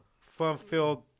fun-filled